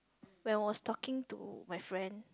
when I was talking to my friend